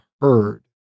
heard